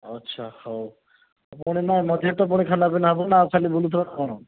ଆଚ୍ଛା ହଉ ମଝିରେ ତ ପୁଣି ଖାନା ପିନା ହେବ ନା ଖାଲି ବୁଲୁଥିବା ନା କ'ଣ